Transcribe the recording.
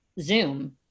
Zoom